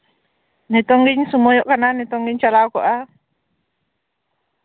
ᱱᱤᱛᱚᱝ ᱜᱤᱧ ᱥᱚᱢᱚᱭᱚᱜ ᱠᱟᱱᱟ ᱱᱤᱛᱚᱝ ᱜᱤᱧ ᱪᱟᱞᱟᱣ ᱠᱚᱜᱼᱟ